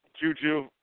Juju